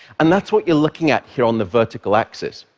and that's what you're looking at here on the vertical axis.